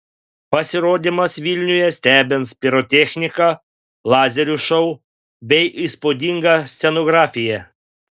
pasirodymas vilniuje stebins pirotechnika lazerių šou bei įspūdinga scenografija